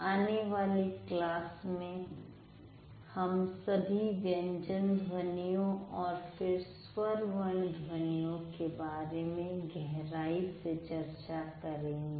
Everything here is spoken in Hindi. आने वाली क्लास में हम सभी व्यंजन ध्वनियों और फिर स्वर वर्ण ध्वनियों के बारे में गहराई से चर्चा करेंगे